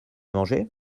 mangé